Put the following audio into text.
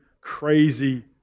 crazy